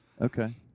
Okay